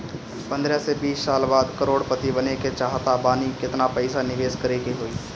पंद्रह से बीस साल बाद करोड़ पति बने के चाहता बानी केतना पइसा निवेस करे के होई?